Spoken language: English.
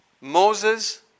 Moses